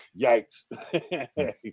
Yikes